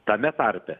tame tarpe